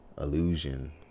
illusion